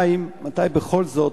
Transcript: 2. מתי, בכל זאת,